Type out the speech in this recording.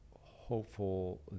hopeful